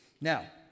Now